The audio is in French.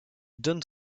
donne